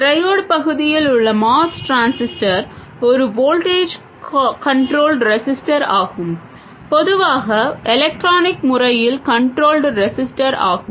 triode பகுதியில் உள்ள MOS transistor ஒரு வோல்டேஜ் கன்ட்ரோல்ட் ரெஸிஸ்டர் ஆகும்